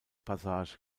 passage